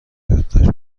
یادداشت